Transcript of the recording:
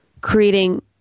creating